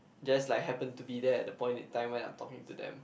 just like happen to be there at the point in time when I'm talking to them